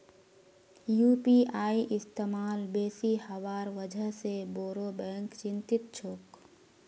UPI इस्तमाल बेसी हबार वजह से बोरो बैंक चिंतित छोक